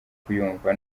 kuyumva